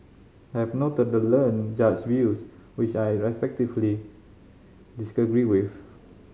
I have noted the learned Judge's views which I respectfully disagree with